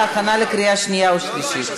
הרווחה והבריאות להכנה לקריאה שנייה ושלישית.